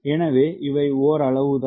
எனவே இவை ஓரளவுதான்